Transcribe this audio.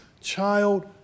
child